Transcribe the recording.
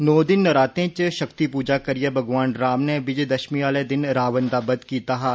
नौ दिन नरातें च शक्ति पूजा करियै भगवान राम नै विजय दशमीं आले दिन रावण दा वध कीता हा